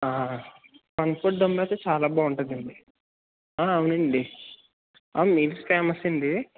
పనస పొట్టు దమ్ అయితే చాలా బాగుంటుందండి అవునండి మీల్స్ ఫేమస్ అండి